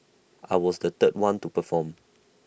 I was the third one to perform